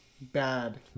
Bad